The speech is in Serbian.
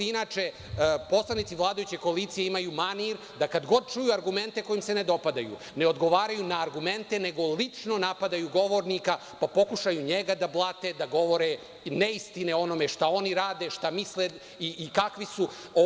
Inače, poslanici vladajuće koalicije imaju manir, da kad god čuju argumente koji im se ne dopadaju, ne odgovaraju na argumente, nego lično napadaju govornika, pa pokušaju njega da blate, da govore neistine o onome šta oni rade, šta misle i kakvi su.